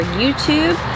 youtube